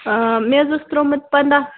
آ مےٚ حظ اوس ترٛوٚومُت پَنٛداہ